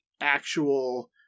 actual